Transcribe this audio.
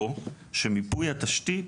כתוב או שמיפוי התשתית